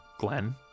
Glenn